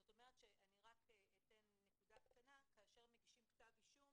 זאת אומרת, כאשר מגישים כתב אישום